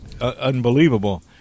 unbelievable